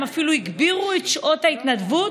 הם אפילו הגבירו את שעות ההתנדבות,